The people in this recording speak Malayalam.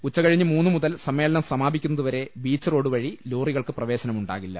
ഉച്ച് കഴിഞ്ഞ് മൂന്നു മുതൽ സമ്മേളനം സമാപിക്കുന്നതു വരെ ബീച്ച് റോഡു വഴി ലോറി കൾക്ക് പ്രവേശനമുണ്ടാകില്ല